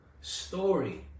story